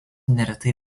neretai